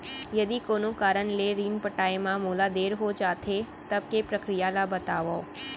यदि कोनो कारन ले ऋण पटाय मा मोला देर हो जाथे, तब के प्रक्रिया ला बतावव